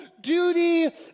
duty